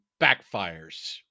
backfires